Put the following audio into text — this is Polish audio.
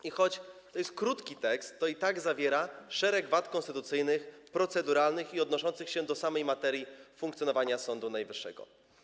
I choć to jest krótki tekst, to i tak zawiera szereg wad konstytucyjnych, proceduralnych, odnoszących się do samej materii funkcjonowania Sądu Najwyższego.